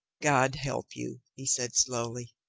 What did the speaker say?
god help you! he said slowly.